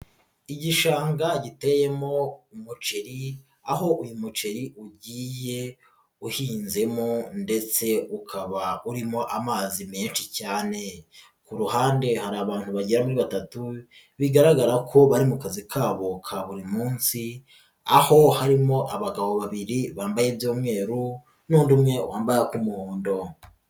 Igishanga giteyemo umuceri aho uyu muceri ugiye uhinzemo ndetse ukaba urimo amazi menshi cyane, ku ruhande hari abantu bagera kuri batatu bigaragara ko bari mu kazi kabo ka buri munsi aho harimo abagabo babiri bambaye iby'umweruru n'undi umwe wambaye ak'umuhondo.